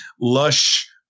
lush